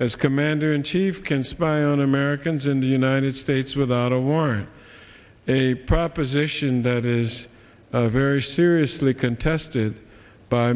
as commander in chief can spy on americans in the united states without a warrant a proposition that is very seriously contested by